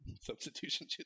substitution